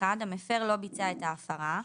המפר לא ביצע את ההפרה.